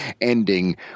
ending